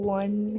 one